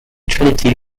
trinity